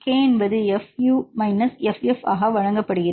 k என்பது fU minus ff ஆக வழங்கப்படுகிறது